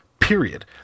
Period